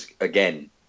again